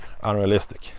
unrealistic